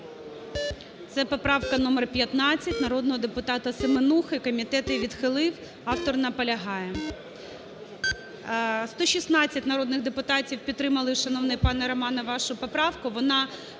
Це поправка номер 15 народного депутата Семенухи. Комітет її відхилив. Автор наполягає. 10:59:01 За-116 116 народних депутатів підтримали, шановний пане Романе, вашу поправку.